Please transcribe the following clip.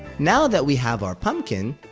now that we have our pumpkin,